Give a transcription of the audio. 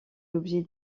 objet